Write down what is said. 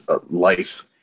Life